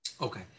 Okay